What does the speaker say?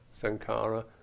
Sankara